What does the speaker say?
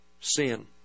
sin